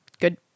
good